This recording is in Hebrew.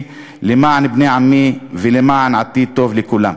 למען בני עמי ולמען עתיד טוב לכולם.